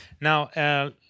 Now